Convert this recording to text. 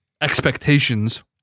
expectations